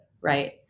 right